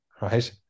right